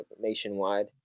nationwide